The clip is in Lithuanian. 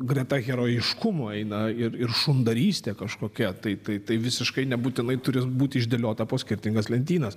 greta herojiškumo eina ir ir šundarystė kažkokia tai tai tai visiškai nebūtinai turi būti išdėliota po skirtingas lentynas